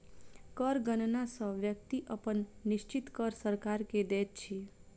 कर गणना सॅ व्यक्ति अपन निश्चित कर सरकार के दैत अछि